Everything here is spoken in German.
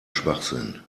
schwachsinn